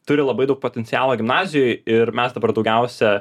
turi labai daug potencialo gimnazijoj ir mes dabar daugiausia